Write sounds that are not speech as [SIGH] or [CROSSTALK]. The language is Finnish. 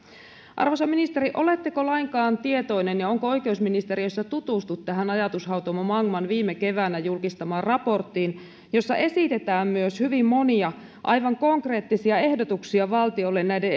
arvoisa ministeri oletteko lainkaan tietoinen ja onko oikeusministeriössä tutustuttu tähän ajatushautomo magman viime keväänä julkistamaan raporttiin jossa esitetään myös hyvin monia aivan konkreettisia ehdotuksia valtiolle näiden [UNINTELLIGIBLE]